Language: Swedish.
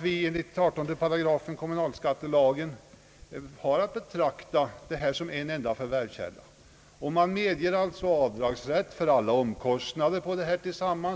Enligt 18 § kommunalskattelagen har vi att betrakta detta som en enda förvärvskälla. Man medger alltså avdragsrätt för alla omkostnader.